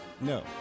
No